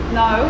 no